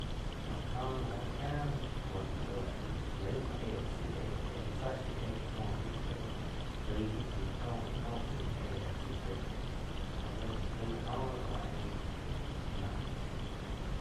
Joh la jo la la cain muho cuo ni bho asi laig muo éh asi eh-eh sa shiu mhuo shiu tsá éh asi taig jo laih aig a jó la bá áh ñi la nóh.